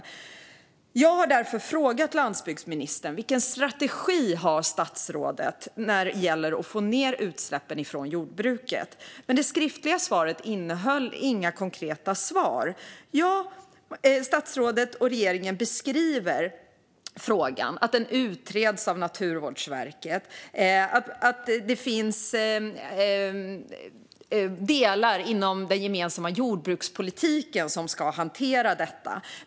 Med anledning av detta frågade jag landsbygdsministern vilken strategi han har när det gäller att få ned utsläppen från jordbruket, men svaret innehöll inga konkreta svar. Statsrådet och regeringen beskriver att frågan utreds av Naturvårdsverket, att det finns delar inom den gemensamma jordbrukspolitiken som ska hantera detta.